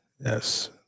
Yes